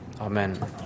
Amen